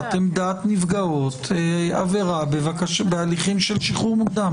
עמדת נפגעות עבירה בהליכים של שחרור מוקדם.